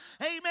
amen